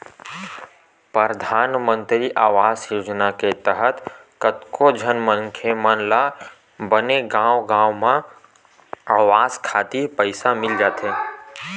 परधानमंतरी आवास योजना के तहत कतको झन मनखे मन ल बने गांव गांव म अवास खातिर पइसा मिल जाथे